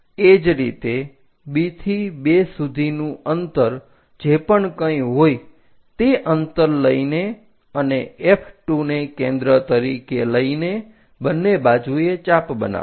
એ જ રીતે B થી 2 સુધીનું જે પણ કંઈ અંતર હોય તે અંતર લઈને અને F2 ને કેન્દ્ર તરીકે લઈને બંને બાજુએ ચાપ બનાવો